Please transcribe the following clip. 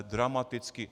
Dramaticky.